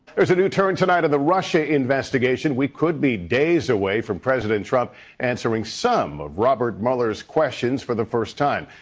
there's a new turn in the russia investigation. we could be days away from president trump answering some of robert mueller's questions for the first time.